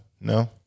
No